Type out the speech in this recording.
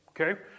Okay